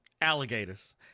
Alligators